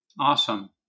Awesome